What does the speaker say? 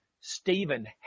Stephen